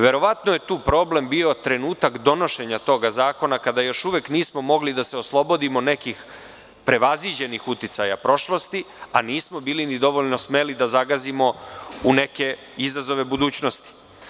Verovatno je tu problem bio trenutak donošenja tog zakona, kada još uvek nismo mogli da se oslobodimo nekih prevaziđenih uticaja prošlosti, a nismo bili ni dovoljno smeli da zagazimo u neke izazove budućnosti.